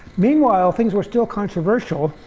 meanwhile things were still controversial.